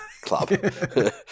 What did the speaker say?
club